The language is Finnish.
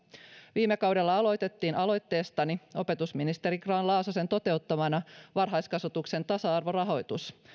viime kaudella aloitettiin aloitteestani opetusministeri grahn laasosen toteuttamana varhaiskasvatuksen tasa arvorahoitus